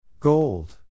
Gold